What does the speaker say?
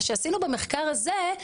מה שעשינו במחקר הזה?